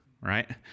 right